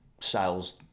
sales